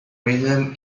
rhythm